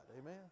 Amen